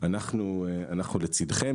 אנחנו לצידכם,